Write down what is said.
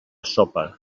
sopa